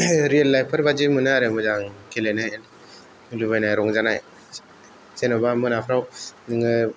real लाइफफोर बायदि मोनो आरो मोजां गेलेबायनाय रंजानाय जेन'बा मोनाफ्राव नोङो